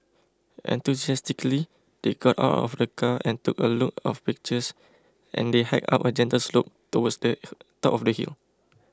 enthusiastically they got out of the car and took a lot of pictures and they hiked up a gentle slope towards the top of the hill